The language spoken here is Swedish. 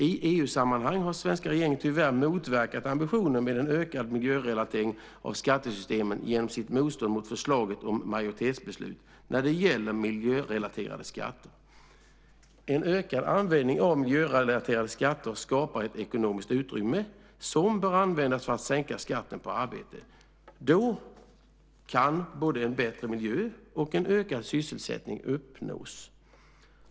I EU-sammanhang har den svenska regeringen tyvärr motverkat ambitionen med en ökad miljörelatering av skattesystemen genom sitt motstånd mot förslaget om majoritetsbeslut när det gäller miljörelaterade skatter. En ökad användning av miljörelaterade skatter skapar ett ekonomiskt utrymme som bör användas för att sänka skatten på arbete. Då kan både en bättre miljö och en ökad sysselsättning uppnås.